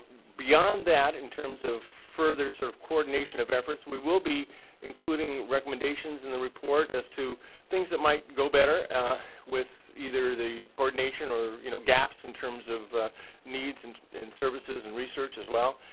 beyond that in terms of further sort of coordination of efforts, we will be including recommendations in the report as to things that might go better with either the coordination or you know gaps in terms of needs and services and research as well.